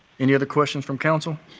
any other questions from council?